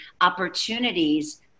opportunities